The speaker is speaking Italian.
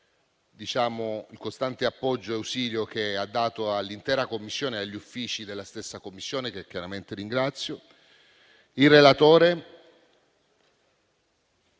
il relatore,